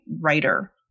writer